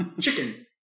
Chicken